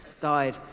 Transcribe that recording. died